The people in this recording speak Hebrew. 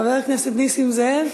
חבר הכנסת נסים זאב.